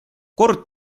kord